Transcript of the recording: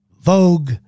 Vogue